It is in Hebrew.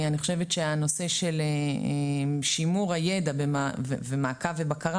אני חושבת שהנושא של שימור הידע ומעקב ובקרה